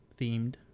themed